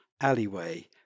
alleyway